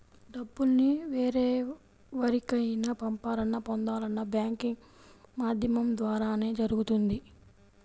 డబ్బుల్ని వేరెవరికైనా పంపాలన్నా, పొందాలన్నా బ్యాంకింగ్ మాధ్యమం ద్వారానే జరుగుతుంది